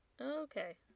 Okay